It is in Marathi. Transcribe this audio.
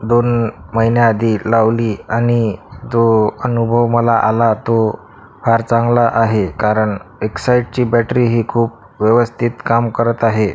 दोन महिन्याआधी लावली आणि जो अनुभव मला आला तो फार चांगला आहे कारण एक्साईटची बॅटरी ही खूप व्यवस्थित काम करत आहे